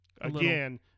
Again